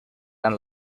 and